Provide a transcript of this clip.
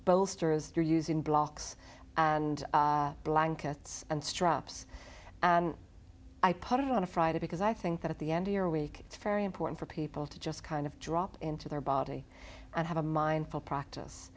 bolster your use in blocks and blankets and straps and i put it on a friday because i think that at the end of your week it's very important for people to just kind of drop into their body and have a mindful practice